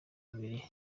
babiri